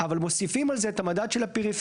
אבל מוסיפים על זה את המדד של הפריפריאליות